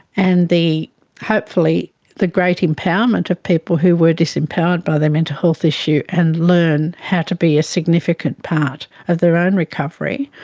and hopefully the great empowerment of people who were disempowered by their mental health issue and learn how to be a significant part of their own recovery.